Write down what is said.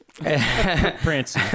prince